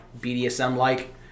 BDSM-like